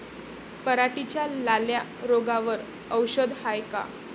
पराटीच्या लाल्या रोगावर औषध हाये का?